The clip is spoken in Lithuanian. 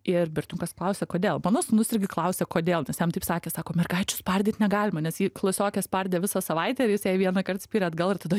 ir berniukas klausia kodėl mano sūnus irgi klausė kodėl nes jam taip sakė sako mergaičių spardyt negalima nes jį klasiokė spardė visą savaitę ir jis jai vienąkart spyrė atgal ir tada